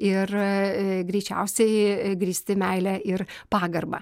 ir greičiausiai grįsti meile ir pagarba